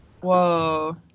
Whoa